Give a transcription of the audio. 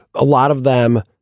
a lot of them.